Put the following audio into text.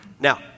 Now